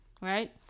Right